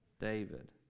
David